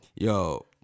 Yo